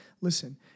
listen